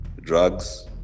drugs